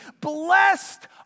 Blessed